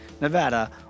Nevada